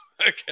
Okay